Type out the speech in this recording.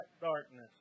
darkness